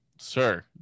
sir